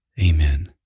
Amen